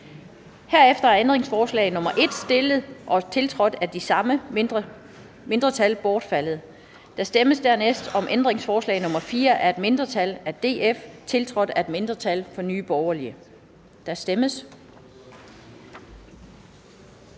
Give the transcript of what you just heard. Herefter er ændringsforslag nr. 1, stillet og tiltrådt af de samme mindretal, bortfaldet. Der stemmes dernæst om ændringsforslag nr. 4 af et mindretal (DF), tiltrådt af et mindretal (NB), og der kan stemmes.